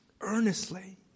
earnestly